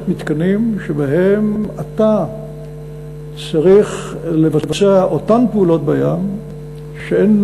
מתקנים שבהם אתה צריך לבצע אותן פעולות בים שאין,